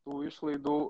tų išlaidų